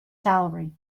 salary